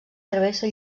travessa